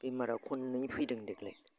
बेमारा खननै फैदों देग्लाय